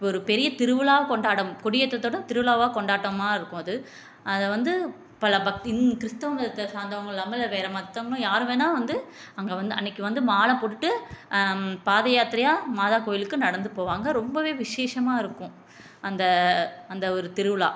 ஒரு பெரிய திருவிழாக் கொண்டாட்டம் கொடி ஏற்றத்தோட திருவிழாவாக கொண்டாட்டமாக இருக்கும் அது அதை வந்து பல பக் கிறிஸ்துவ மதத்தைச் சார்ந்தவங்க இல்லாமல் இல்லை வேறு மற்றவங்க யார் வேணால் வந்து அங்கே வந்து அன்றைக்கி வந்து மாலை போட்டுட்டு பாதயாத்திரையாக மாதா கோயிலுக்கு நடந்து போவாங்க ரொம்பவே விசேஷமாக இருக்கும் அந்த அந்த ஒரு திருவிழா